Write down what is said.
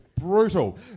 brutal